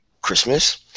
Christmas